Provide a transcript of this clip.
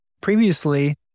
Previously